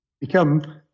become